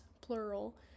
plural